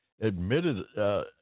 admitted